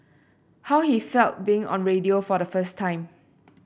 how he felt being on radio for the first time